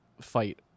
fight